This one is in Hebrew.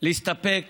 להסתפק